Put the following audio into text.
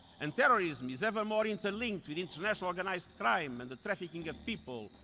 and terrorism is ever more interlinked with international organized crime and the trafficking of people,